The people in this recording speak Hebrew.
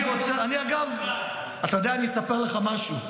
אני רוצה, אגב, אתה יודע, אני אספר לך משהו.